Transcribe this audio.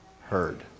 heard